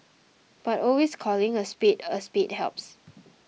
but always calling a spade a spade helps